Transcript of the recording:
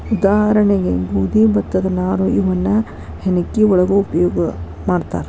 ಉದಾಹರಣೆಗೆ ಗೋದಿ ಭತ್ತದ ನಾರು ಇವನ್ನ ಹೆಣಕಿ ಒಳಗು ಉಪಯೋಗಾ ಮಾಡ್ತಾರ